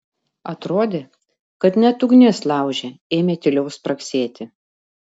atrodė kad net ugnis lauže ėmė tyliau spragsėti